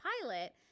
pilot